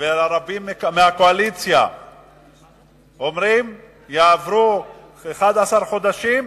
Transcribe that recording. ורבים מהקואליציה אומרים: יעברו 11 חודשים,